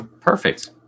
perfect